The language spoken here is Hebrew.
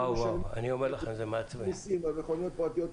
אנחנו משלמים מיסים על מכוניות פרטיות,